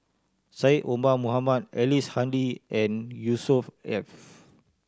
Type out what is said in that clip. Syed Omar Mohamed Ellice Handy and Yusnor Ef